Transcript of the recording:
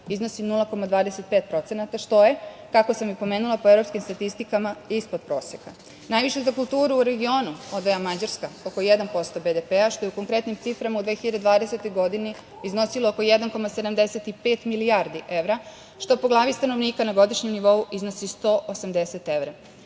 iznosi 0,25%, što je, kako sam i pomenula, po evropskim statistikama ispod proseka. Najviše za kulturu u regionu odvaja Mađarska oko 1% BDP, što je u konkretnim ciframa u 2020. godini iznosilo 1,75 milijardi evra, što po glavi stanovnika na godišnjem nivou iznosi 180 evra